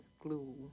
glue